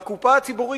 לקופה הציבורית,